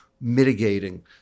mitigating